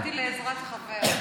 באתי לעזרת חבר.